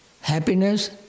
happiness